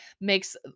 makes